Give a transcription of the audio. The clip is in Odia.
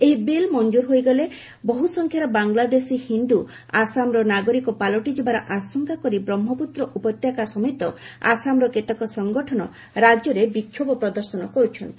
ଏହି ବିଲ୍ ମଞ୍ଜୁର ହୋଇଗଲେ ବହ୍ର ସଂଖ୍ୟାର ବାଂଲାଦେଶୀ ହିନ୍ଦ୍ର ଆସାମର ନାଗରିକ ପାଲଟିଯିବାର ଆଶଙ୍କା କରି ବ୍ରହ୍ମପୁତ୍ର ଉପତ୍ୟକା ସମେତ ଆସାମର କେତେକ ସଂଗଠନ ରାଜ୍ୟରେ ବିକ୍ଷୋଭ ପ୍ରଦର୍ଶନ କରୁଛନ୍ତି